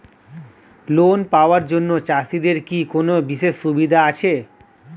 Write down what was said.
Loan পাওয়ার জন্য চাষিদের কি কোনো বিশেষ সুবিধা আছে?